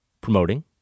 promoting